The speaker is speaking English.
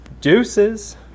Deuces